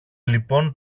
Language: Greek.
λοιπόν